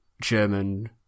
German